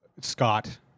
Scott